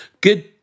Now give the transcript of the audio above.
good